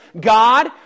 God